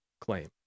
claim